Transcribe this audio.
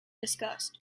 discussed